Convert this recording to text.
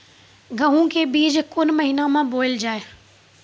गेहूँ के बीच कोन महीन मे बोएल जाए?